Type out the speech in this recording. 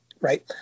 Right